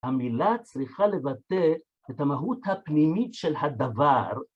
המילה צריכה לבטא את המהות הפנימית של הדבר.